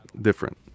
different